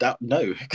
no